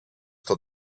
στο